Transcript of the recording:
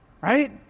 Right